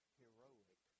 heroic